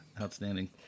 outstanding